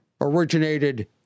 originated